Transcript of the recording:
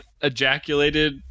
ejaculated